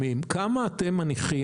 כמה זמן להיוועצות?